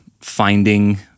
finding